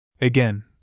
Again